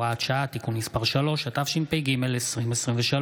פ/3672/25 וכלה בהצעת חוק פ/25/3710: